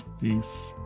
peace